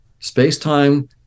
space-time